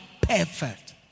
perfect